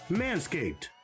manscaped